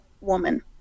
woman